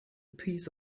piece